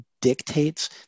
dictates